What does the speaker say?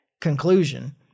conclusion